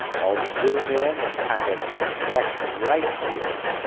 i'll zoom in and kind of connect right here.